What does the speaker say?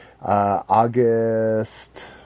August